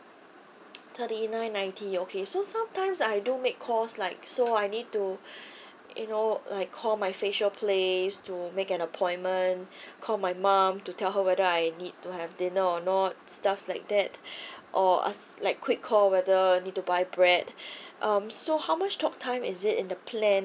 thirty nine ninety okay so sometimes I do make calls like so I need to you know like call my facial place to make an appointment call my mom to tell her whether I need to have dinner or not stuffs like that or ask like quick call whether need to buy bread um so how much talk time is it in the plan